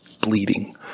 bleeding